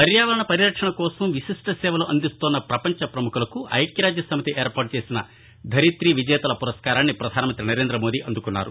పర్యావరణ పరిరక్షణ కోసం విశిష్ట సేవలు అందిస్తున్న ప్రపంచ ప్రముఖులకు ఐక్యరాజ్య సమితి ఏర్పాటు చేసిన ధర్మితి విజేతల పురస్కారాన్ని పధాన మంతి నరేందమోడి అందుకున్నారు